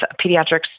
Pediatrics